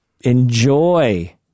enjoy